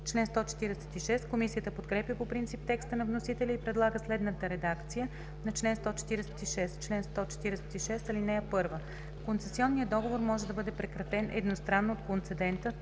Комисията подкрепя по принцип текста на вносителя и предлага следната редакция на чл. 146: „Чл. 146. (1) Концесионният договор може да бъде прекратен едностранно от концедента: